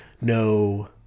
No